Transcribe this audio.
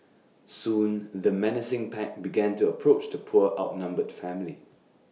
soon the menacing pack began to approach the poor outnumbered family